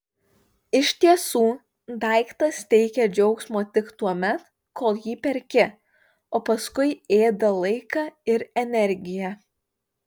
iš tiesų daiktas teikia džiaugsmo tik tuomet kol jį perki o paskui ėda laiką ir energiją